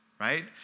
right